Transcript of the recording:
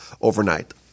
overnight